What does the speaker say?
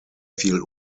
viel